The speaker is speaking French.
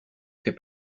fait